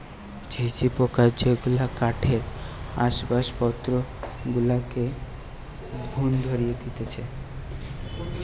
ঝিঝি পোকা যেগুলা কাঠের আসবাবপত্র গুলাতে ঘুন ধরিয়ে দিতেছে